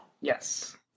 Yes